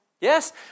Yes